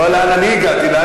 לאיפה הגעת, מר חסון?